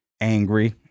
angry